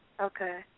Okay